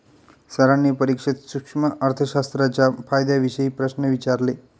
सरांनी परीक्षेत सूक्ष्म अर्थशास्त्राच्या फायद्यांविषयी प्रश्न विचारले